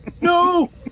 no